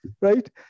right